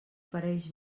pareix